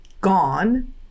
gone